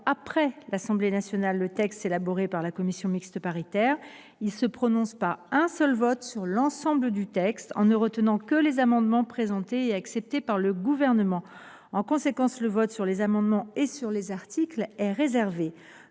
après l’Assemblée nationale le texte élaboré par la commission mixte paritaire, il se prononce par un seul vote sur l’ensemble du texte, en ne retenant que les amendements présentés ou acceptés par le Gouvernement. En conséquence, le vote sur les amendements et sur les articles est réservé.